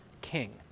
king